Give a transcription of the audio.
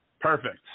Perfect